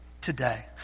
today